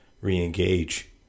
re-engage